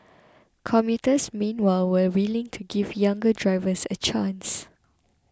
commuters meanwhile were willing to give younger drivers a chance